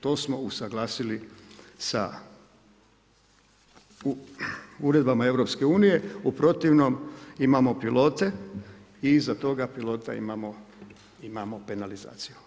To smo usuglasili sa uredbama EU, u protivnom imamo pilote i iza toga pilota imamo penalizaciju.